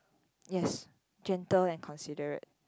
yes gentle and considerate